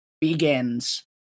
begins